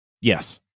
Yes